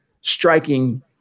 striking